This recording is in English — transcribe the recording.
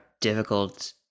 difficult